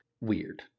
weird